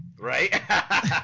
Right